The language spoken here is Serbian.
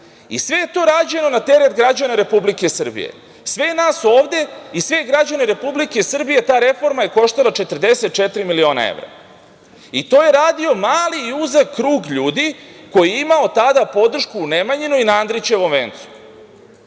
Sve je to rađeno na teret građana Republike Srbije, sve nas ovde i sve građane Republike Srbije ta reforma je koštala 44 miliona evra. To radio mali i uzak krug ljudi koji je imao tada podršku u Nemanjinoj i na Andrićevom vencu.